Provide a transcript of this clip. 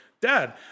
dad